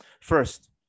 First